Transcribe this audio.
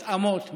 התאמות,